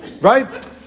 Right